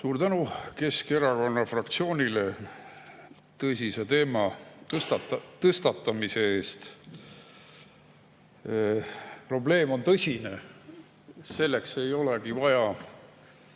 Suur tänu Keskerakonna fraktsioonile tõsise teema tõstatamise eest! Probleem on tõsine. Selle [mõistmiseks] ei olegi vaja